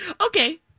Okay